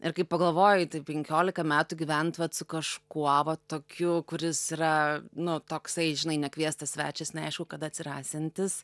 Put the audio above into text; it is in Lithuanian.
ir kai pagalvoji tai penkiolika metų gyvent vat su kažkuo va tokiu kuris yra nu toksai žinai nekviestas svečias neaišku kada atsirasiantis